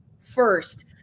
First